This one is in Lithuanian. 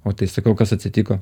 o tai sakau kas atsitiko